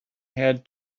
had